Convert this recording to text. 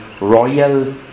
royal